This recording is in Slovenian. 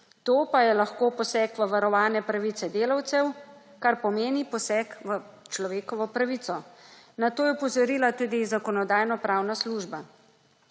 To pa je lahko poseg v varovane pravice delavcev, kar pomeni poseg v človekovo pravico. Na to je opozorila tudi Zakonodajno-pravna služba.